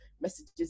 messages